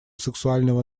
сексуального